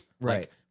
Right